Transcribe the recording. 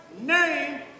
name